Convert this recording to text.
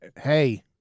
Hey